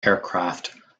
aircraft